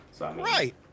Right